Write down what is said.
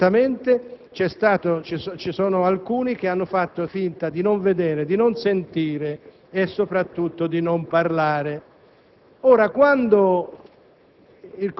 ma certamente ci sono alcuni che hanno fatto finta di non vedere, di non sentire e soprattutto di non parlare. Il